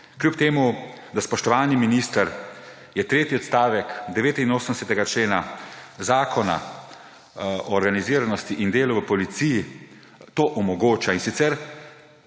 kljub temu da, spoštovani minister, tretji odstavek 89. člena Zakona o organiziranosti in delu v policiji to omogoča. In sicer